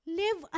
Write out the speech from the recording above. live